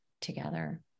together